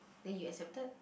then you accepted